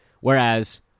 whereas